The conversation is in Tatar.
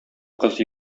кыз